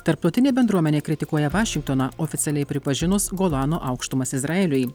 tarptautinė bendruomenė kritikuoja vašingtoną oficialiai pripažinus golano aukštumas izraeliui